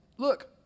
Look